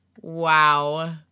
Wow